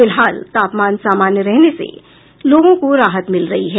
फिलहाल तापमान सामान्य रहने से लोगों को राहत मिल रही है